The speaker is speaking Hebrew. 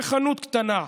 בחנות קטנה,